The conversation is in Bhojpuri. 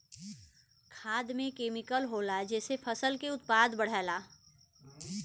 खाद में केमिकल होला जेसे फसल के उत्पादन बढ़ला